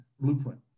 blueprint